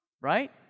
Right